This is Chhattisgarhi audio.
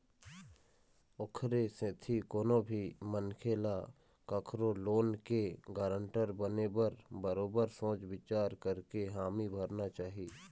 ओखरे सेती कोनो भी मनखे ल कखरो लोन के गारंटर बने बर बरोबर सोच बिचार करके हामी भरना चाही